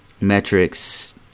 Metrics